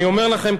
אני אומר לכם,